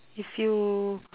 if you